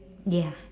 ya